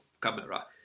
camera